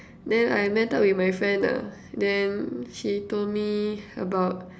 then I met up with my friend lah then she told me about